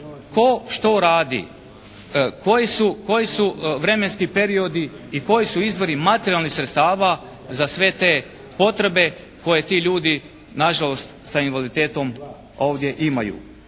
tko što radi, koji su vremenski periodi i koji su izvori materijalnih sredstava za sve te potrebe koje ti ljujdi na žalost sa invaliditetom ovdje imaju.